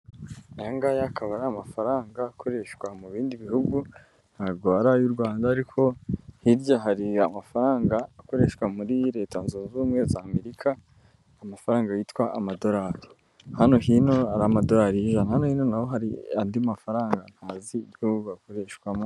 Aya ngaya akaba ari amafaranga akoreshwa mu bindi bihugu ntago ari ay'u rwanda ariko hirya hari amafaranga akoreshwa muri leta zunze ubumwe za amerika, amafaranga yitwa amadolari hano hino hari amadolari y'ijana hano hino naho hari andi mafaranga ntazi gihugu akoreshwamo.